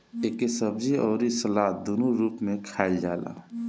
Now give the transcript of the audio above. एके सब्जी अउरी सलाद दूनो रूप में खाईल जाला